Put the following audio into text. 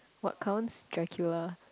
what counts Dracula